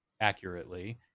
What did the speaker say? accurately